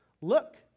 Look